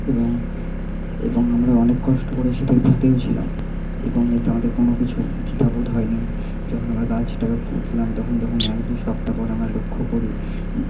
এবং এবং আমরা অনেক কষ্ট করে সেটা পুঁতেও ছিলাম এবং এতে আমাদের কোন কিছু দ্বিধাবোধ হয় নি যখন আমরা গাছটাকে পুঁতলাম তখন যখন এক দু সপ্তাহ পর আমরা লক্ষ্য করি